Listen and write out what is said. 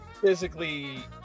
physically